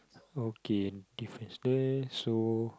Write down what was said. okay difference there so